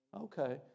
Okay